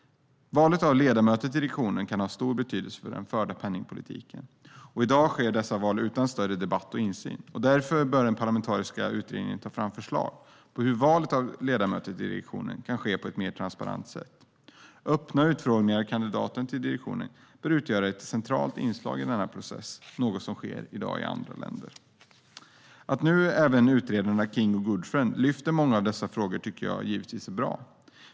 Valet av ledamöter till direktionen kan ha stor betydelse för den förda penningpolitiken, och i dag sker dessa val utan större debatt och insyn. Därför bör den parlamentariska utredningen ta fram förslag på hur valet av ledamöter till direktionen kan ske på ett mer transparent sätt. Öppna utfrågningar av kandidaterna till direktionen bör utgöra ett centralt inslag i denna process, något som i dag sker i andra länder. Att även utredarna King och Goodfriend nu lyfter fram många av dessa frågor tycker jag givetvis är bra.